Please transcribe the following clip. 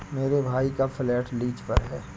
मेरे भाई का फ्लैट लीज पर है